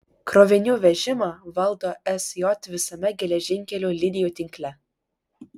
krovinių vežimą valdo sj visame geležinkelių linijų tinkle